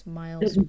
miles